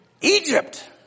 Egypt